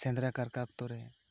ᱥᱮᱸᱫᱽᱨᱟ ᱠᱟᱨᱠᱟ ᱚᱠᱛᱚ ᱨᱮ